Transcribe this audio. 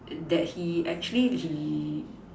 that he actually he